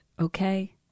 okay